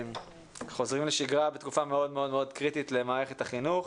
חוזרים לשגרה בתקופה מאוד מאוד מאוד קריטית למערכת החינוך